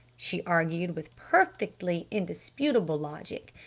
she argued with perfectly indisputable logic.